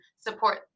support